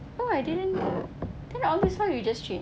oh I didn't then all these while you just train